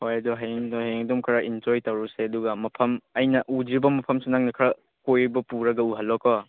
ꯍꯣꯏ ꯑꯗꯨ ꯍꯌꯦꯡꯗꯣ ꯍꯌꯦꯡ ꯑꯗꯨꯝ ꯈꯔ ꯏꯟꯖꯣꯏ ꯇꯧꯔꯨꯁꯦ ꯑꯗꯨꯒ ꯃꯐꯝ ꯑꯩꯅ ꯎꯗ꯭ꯔꯤꯕ ꯃꯐꯝꯁꯨ ꯅꯪꯅ ꯈꯔ ꯀꯣꯏꯕ ꯄꯨꯔꯒ ꯎꯍꯜꯂꯣꯀꯣ